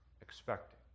expecting